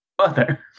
Mother